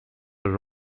are